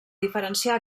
diferenciar